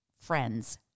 friends